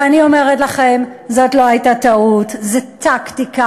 ואני אומרת לכם, זאת לא הייתה טעות, זה טקטיקה.